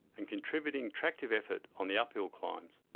and contributing tractive effort on the uphill climbs.